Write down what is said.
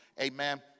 amen